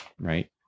Right